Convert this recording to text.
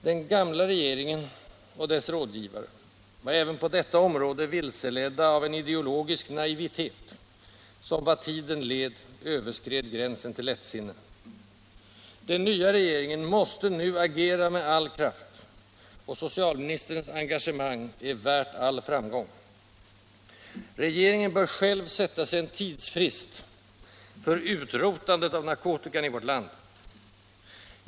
Den gamla regeringen — och dess rådgivare — var även på detta område vilseledda av en ideologisk naivitet som, vad tiden led, överskred gränsen till lättsinne. Den nya regeringen måste nu agera med all kraft, och socialministerns engagemang är värt all framgång. Regeringen bör själv sätta en tidsfrist för utrotandet av narkotikan i vårt land.